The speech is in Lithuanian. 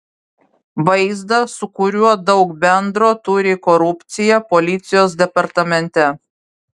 vaizdą su kuriuo daug bendro turi korupcija policijos departamente